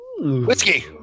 Whiskey